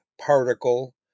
particle